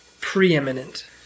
preeminent